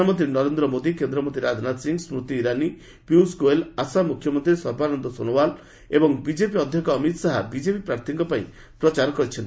ପ୍ରଧାନମନ୍ତ୍ରୀ ନରେନ୍ଦ୍ର ମୋଦି କେନ୍ଦ୍ରମନ୍ତ୍ରୀ ରାଜନାଥ ସିଂହ ସ୍କୃତି ଇରାନୀ ପିୟୁଷ ଗୋଏଲ ଆସାମ ମୁଖ୍ୟମନ୍ତ୍ରୀ ସର୍ବାନନ୍ଦ ସୋନୱାଲ ଏବଂ ବିଜେପି ଅଧ୍ୟକ୍ଷ ଅମିତ ଶାହା ବିଜେପି ପ୍ରର୍ଥୀଙ୍କ ପାଇଁ ପ୍ରଚାର କରିଛନ୍ତି